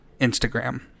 Instagram